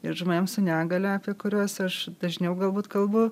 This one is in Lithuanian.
ir žmonėms su negalia apie kuriuos aš dažniau galbūt kalbu